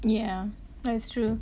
yeah that's true